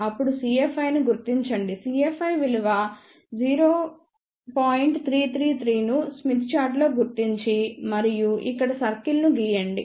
అప్పుడు cFi ను గుర్తించండిcFi విలువ 0333 ను స్మిత్ చార్ట్ లో గుర్తించి మరియు ఇక్కడ సర్కిల్ ను గీయండి